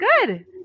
good